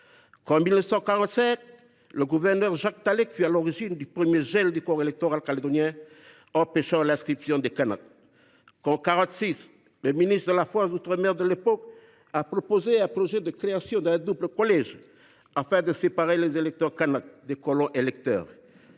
1945 le gouverneur Jacques Tallec fut à l’origine du premier gel du corps électoral calédonien empêchant l’inscription des Kanaks ? Qu’en 1946, le ministre de la France d’outre mer de l’époque a proposé un projet de création d’un double collège électoral afin de séparer les électeurs kanaks des colons électeurs